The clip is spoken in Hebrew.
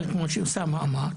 למשל כמו שאוסאמה אמר,